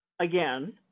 again